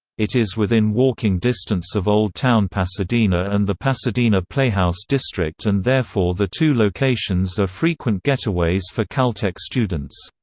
it is within walking distance of old town pasadena and the pasadena playhouse district and therefore the two locations are frequent getaways for caltech students.